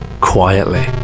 quietly